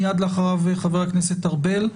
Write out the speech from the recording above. מייד אחריו חבר הכנסת ארבל,